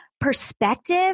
perspective